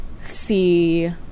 see